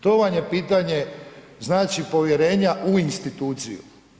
To vam je pitanje znači povjerenja u instituciju.